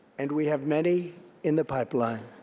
and we have many in the pipeline.